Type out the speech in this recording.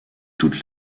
toute